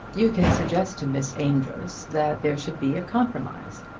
you can suggest to miss amedroz that there should be a compromise.